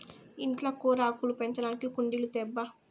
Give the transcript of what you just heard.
ఇంట్ల కూరాకులు పెంచడానికి కుండీలు తేబ్బా